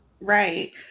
Right